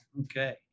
Okay